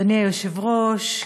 אדוני היושב-ראש,